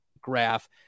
graph